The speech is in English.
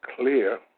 clear